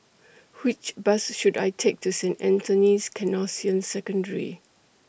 Which Bus should I Take to Saint Anthony's Canossian Secondary